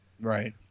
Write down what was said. right